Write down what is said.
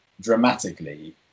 dramatically